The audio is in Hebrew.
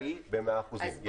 ודאי במאה אחוזים.